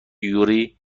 یوری